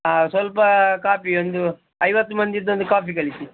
ಹಾಂ ಸ್ವಲ್ಪ ಕಾಫಿ ಒಂದು ಐವತ್ತು ಮಂದಿದೊಂದು ಕಾಫಿ ಕಳಿಸಿ